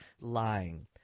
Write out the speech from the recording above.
lying